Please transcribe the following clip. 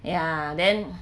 ya then